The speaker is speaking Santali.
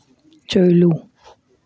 ᱪᱟᱹᱞᱩ